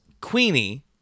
Queenie